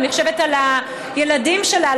אני חושבת על הילדים שלה,